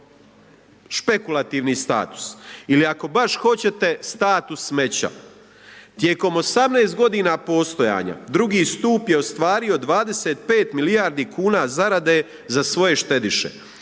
špekulativni status ili ako baš hoćete status smeća. Tijekom 18 g. postojanja, II. stup je ostvario 25 milijardi kuna zarade za svoje štediše